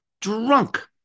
Drunk